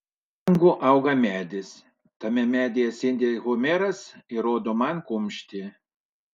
po langu auga medis tame medyje sėdi homeras ir rodo man kumštį